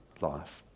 life